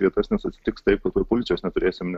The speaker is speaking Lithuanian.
vietas nes atsitiks taip kad ir policijos neturėsime